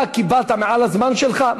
אתה קיבלת מעל הזמן שלך,